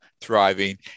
thriving